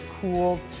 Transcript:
cool